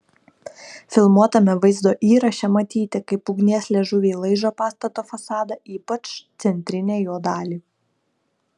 filmuotame vaizdo įraše matyti kaip ugnies liežuviai laižo pastato fasadą ypač centrinę jo dalį